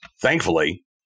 thankfully